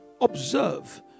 Observe